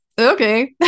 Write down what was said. okay